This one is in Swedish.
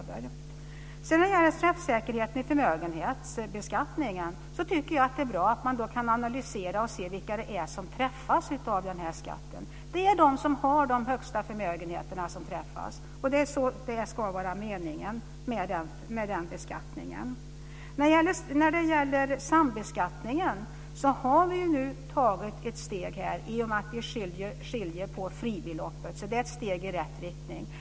När det gäller träffsäkerheten tycker jag att det är bra att man kan analysera och se vilka det är som träffas av förmögenhetsbeskattningen. Det är de som har de största förmögenheterna som träffas, och det är det som är meningen med den beskattningen. När det gäller sambeskattningen har vi nu tagit ett steg i och med att vi skiljer på fribeloppet, så det är ett steg i rätt riktning.